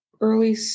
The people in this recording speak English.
early